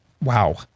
Wow